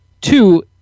two